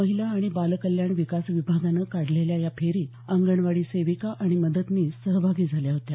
महिला आणि बाल कल्याण विकास विभागानं काढलेल्या या फेरीत अंगणवाडी सेविका आणि मदतनीस सहभागी झाल्या होत्या